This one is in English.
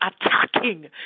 attacking